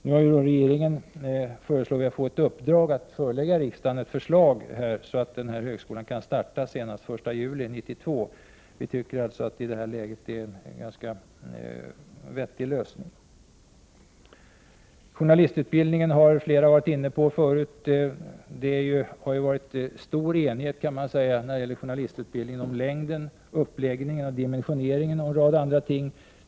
Nu har regeringen föreslagits få i uppdrag att förelägga riksdagen ett förslag så att denna högskola kan starta senast den 1 juli 1992. Vi tycker att det är en ganska bra lösning i det här läget. Flera talare har tidigare varit inne på journalistutbildningen. Det har varit stor enighet kring journalistutbildningens längd, uppläggning, dimensionering och en rad andra ting.